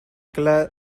club